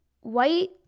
White